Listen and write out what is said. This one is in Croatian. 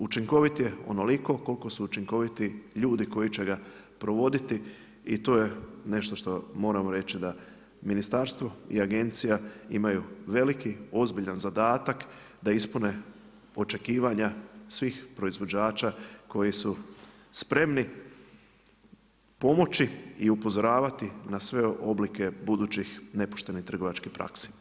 Učinkoviti je onoliko, koliko su učinkoviti ljudi koji će ga provoditi i to je nešto što moram reći, da ministarstvo i agencija imaju veliki, ozbiljan zadatak, da ispune očekivanja svih proizvođača koji su spremni pomoći i upozoravati na sve oblike budućih, nepoštenih trgovačkih praksi.